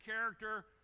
character